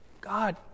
God